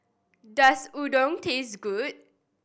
does Udon taste good